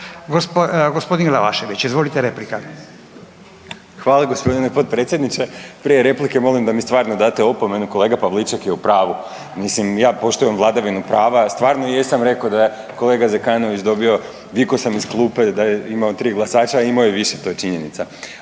**Glavašević, Bojan (Nezavisni)** Hvala gospodine potpredsjedniče. Prije replike molim da mi stvarno date opomenu, kolega Pavliček je u pravu. Mislim ja poštujem vladavinu prava. Stvarno jesam rekao da je kolega Zekanović dobio vikao sam iz klupe da je imao 3 glasača, a imao je više to je činjenica.